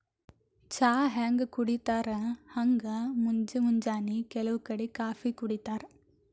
ಚಾ ಹ್ಯಾಂಗ್ ಕುಡಿತರ್ ಹಂಗ್ ಮುಂಜ್ ಮುಂಜಾನಿ ಕೆಲವ್ ಕಡಿ ಕಾಫೀ ಕುಡಿತಾರ್